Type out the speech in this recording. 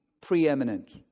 preeminent